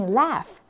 laugh